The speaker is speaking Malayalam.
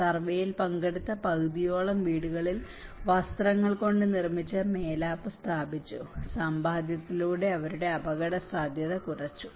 സർവേയിൽ പങ്കെടുത്ത പകുതിയോളം വീടുകളിൽ വസ്ത്രങ്ങൾ കൊണ്ട് നിർമ്മിച്ച മേലാപ്പ് സ്ഥാപിച്ചു സമ്പാദ്യത്തിലൂടെ അവരുടെ അപകടസാധ്യത കുറച്ചു